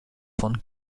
von